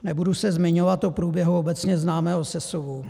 Nebudu se zmiňovat o průběhu obecně známého sesuvu.